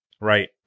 Right